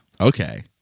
Okay